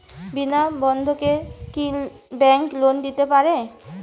বিনা বন্ধকে কি bank loan দিতে পারে?